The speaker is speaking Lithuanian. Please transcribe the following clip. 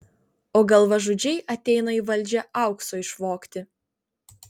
o galvažudžiai ateina į valdžią aukso išvogti